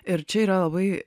ir čia yra labai